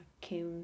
Came